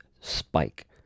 spike